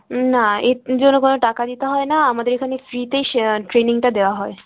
না এর জন্য কোনও টাকা দিতে হয় না আমাদের এখানে ফ্রিতেই শে ট্রেনিংটা দেওয়া হয়